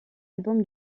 album